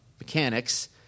mechanics